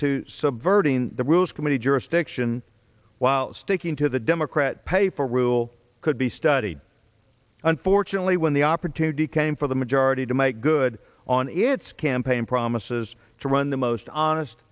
to subverting the rules committee jurisdiction while sticking to the democrat paper rule could be studied unfortunately when the opportunity came for the majority to make good on its campaign promises to run the most honest